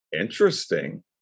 Interesting